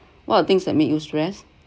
one of the things that make you stress